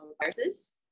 viruses